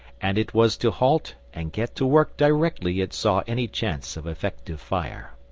and it was to halt and get to work directly it saw any chance of effective fire.